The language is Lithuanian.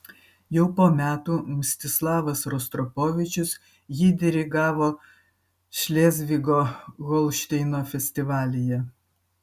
jau po metų mstislavas rostropovičius jį dirigavo šlėzvigo holšteino festivalyje